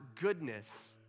goodness